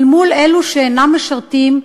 אל מול אלה שאינם משרתים,